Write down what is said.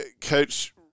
Coach